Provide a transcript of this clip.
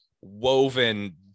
woven